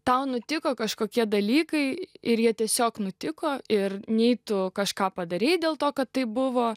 tau nutiko kažkokie dalykai ir jie tiesiog nutiko ir nei tu kažką padarei dėl to kad tai buvo